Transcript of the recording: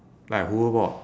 like a hoverboard